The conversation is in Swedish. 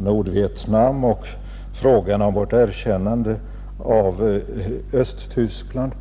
Nordvietnam och frågan om vårt erkännande av Östtyskland.